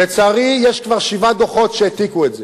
לצערי, יש כבר שבעה דוחות שהעתיקו את זה.